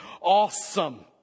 awesome